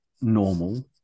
normal